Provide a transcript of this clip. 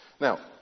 Now